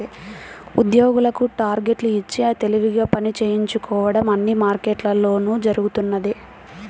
ఉద్యోగులకు టార్గెట్లు ఇచ్చి తెలివిగా పని చేయించుకోవడం అన్ని మార్కెట్లలోనూ జరుగుతున్నదే